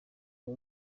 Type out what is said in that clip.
uyu